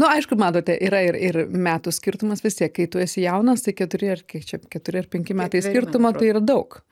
nu aišku matote yra ir metų skirtumas vis tiek kai tu esi jaunas keturi ar kiek čia keturi ar penki metai skirtumo tai yra daug